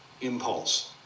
impulse